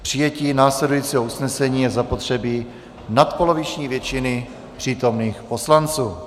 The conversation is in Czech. K přijetí následujícího usnesení je zapotřebí nadpoloviční většiny přítomných poslanců.